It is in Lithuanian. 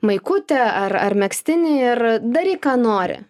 maikutę ar ar megztinį ir daryk ką nori